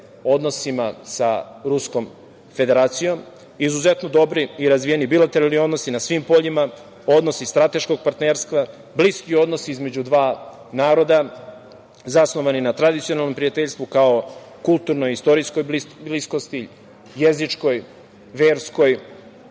odnosima sa Ruskom Federacijom, izuzetno dobri i razvijeni bilateralnih odnosi na svim poljima, odnosi strateškog partnerstva, bliski odnosi između dva naroda zasnovani na tradicionalnom prijateljstvu kao i kulturno istorijskoj bliskosti, jezičkoj, verskoj.